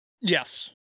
Yes